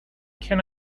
can